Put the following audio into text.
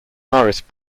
iris